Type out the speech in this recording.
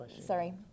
Sorry